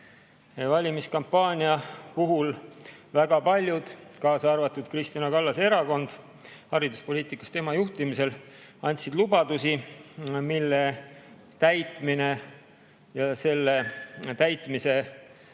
Valimiskampaania puhul väga paljud, kaasa arvatud Kristina Kallase erakond hariduspoliitikas tema juhtimisel, andsid lubadusi, mille täitmine läks sisse